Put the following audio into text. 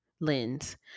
lens